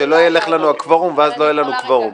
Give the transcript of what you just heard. שלא ילך לנו הקוורום ואז לא יהיה קוורום.